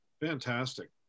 Fantastic